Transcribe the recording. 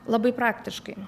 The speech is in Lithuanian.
labai praktiškai